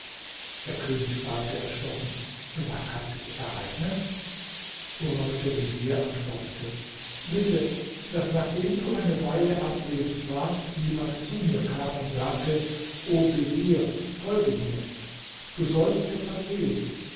der könig fragte erschrocken was hat sich ereignet worauf der vezier antwortete wisse daß nachdem du eine weile abwesend warst jemand zu mir kam und sagte o vezier folge mir du sollst etwas sehen